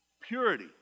Purity